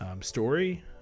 Story